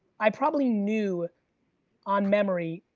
i probably knew on memory,